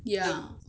ya